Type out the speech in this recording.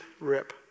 rip